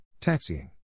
Taxiing